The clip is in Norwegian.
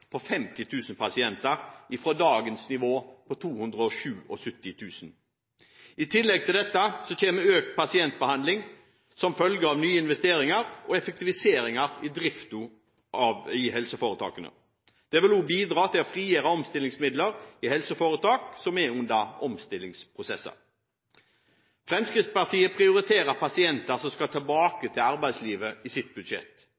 50 000 pasienter når det gjelder antallet som venter på behandling – fra dagens nivå på 277 000. I tillegg til dette kommer økt pasientbehandling som følge av nye investeringer og effektiviseringer i driften i helseforetakene. Det vil også bidra til å frigjøre omstillingsmidler i helseforetak som er i omstillingsprosesser. Fremskrittspartiet prioriterer i sitt budsjett pasienter som skal